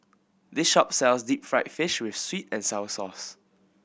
this shop sells deep fried fish with sweet and sour sauce